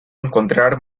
encontrar